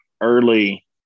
early